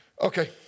Okay